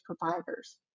providers